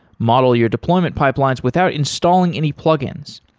model your deployment pipelines without installing any plugins.